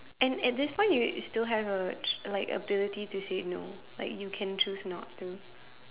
and at this point you still have urge like ability to say no like you can choose not to